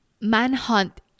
Manhunt